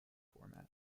format